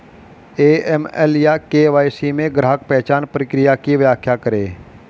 AML या KYC में ग्राहक पहचान प्रक्रिया की व्याख्या करें?